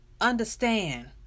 understand